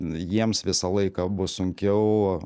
jiems visą laiką bus sunkiau